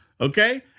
Okay